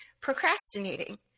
procrastinating